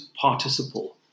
participle